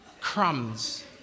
crumbs